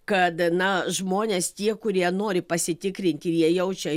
kad na žmonės tie kurie nori pasitikrinti ir jie jaučia